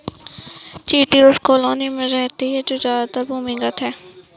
चींटी उस कॉलोनी में रहती है जो ज्यादातर भूमिगत है